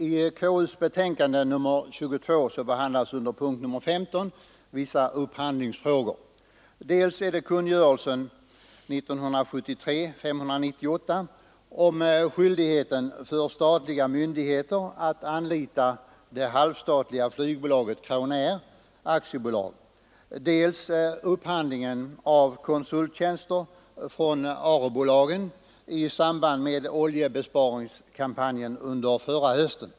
I konstitutionsutskottets betänkande nr 22 behandlas under punkten 15 vissa upphandlingsfrågor, dels kungörelsen 598 år 1973 om skyldighet för statliga myndigheter att anlita det halvstatliga flygbolaget Crownair AB, dels upphandlingen av konsulttjänster från ARE-bolagen i samband med oljebesparingskampanjen under förra hösten.